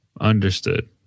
Understood